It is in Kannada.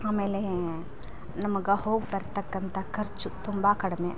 ಆಮೇಲೆ ನಮಗೆ ಹೋಗಿ ಬರ್ತಕ್ಕಂಥ ಖರ್ಚು ತುಂಬ ಕಡಿಮೆ